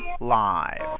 live